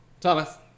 Thomas